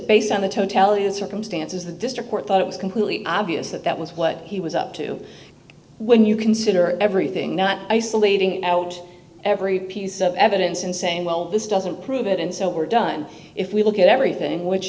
based on the totality of circumstances the district court thought it was completely obvious that that was what he was up to when you consider everything not isolating out every piece of evidence and saying well this doesn't prove it and so we're done if we look at everything which